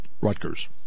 Rutgers